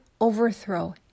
overthrow